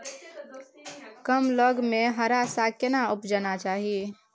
कम लग में हरा साग केना उपजाना चाही?